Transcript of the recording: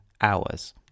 hours